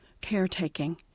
caretaking